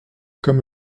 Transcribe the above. comme